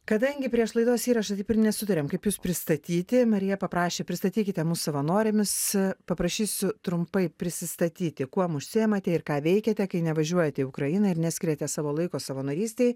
kadangi prieš laidos įrašą taip ir nesutarėm kaip jus pristatyti marija paprašė pristatykite mus savanorėmis paprašysiu trumpai prisistatyti kuom užsiimate ir ką veikiate kai nevažiuojate į ukrainą ir neskiriate savo laiko savanorystei